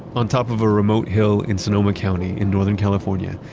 on top of a remote hill in sonoma county, in northern california,